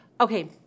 Okay